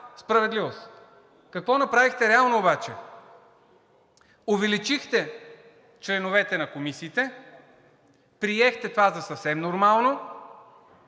справедливост. Какво направихте реално обаче? Увеличихте членовете на комисиите, приехте това за съвсем нормално,